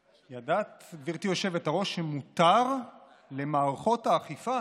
ידעת, גברתי היושבת-ראש, שמותר למערכות האכיפה